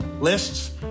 lists